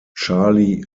charlie